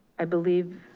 i believe,